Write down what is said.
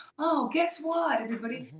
oh, guess what, everybody?